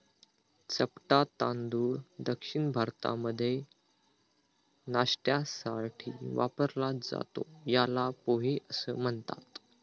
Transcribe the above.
चपटा तांदूळ दक्षिण भारतामध्ये नाष्ट्यासाठी वापरला जातो, याला पोहे असं म्हणतात